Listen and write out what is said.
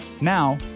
Now